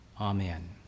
Amen